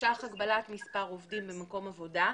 תקש"ח הגבלת מספר עובדים במקום עבודה,